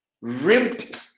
ripped